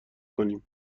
کنیم